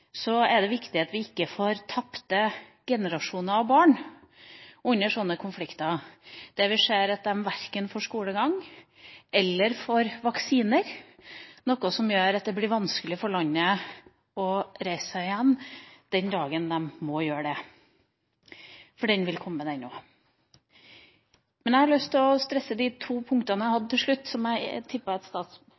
er det viktig at vi ikke får tapte generasjoner av barn under sånne konflikter, der vi ser at de får verken skolegang eller vaksiner, noe som gjør at det blir vanskelig for landet å reise seg igjen den dagen det må gjøre det – for den dagen vil komme. Jeg har lyst til å stresse de to punktene jeg hadde til slutt – som jeg